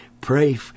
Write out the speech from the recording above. pray